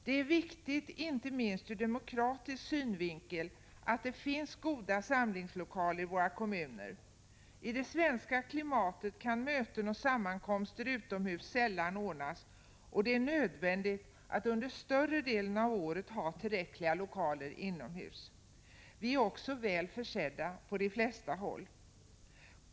Det är viktigt, inte minst ur demokratisk synvinkel, att det finns goda samlingslokaler i våra kommuner. I det svenska klimatet kan möten och sammankomster utomhus sällan ordnas, och det är nödvändigt att under större delen av året ha tillräckliga lokaler inomhus. Vi är också väl försedda på de flesta håll.